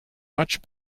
much